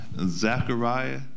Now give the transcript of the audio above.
Zachariah